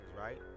right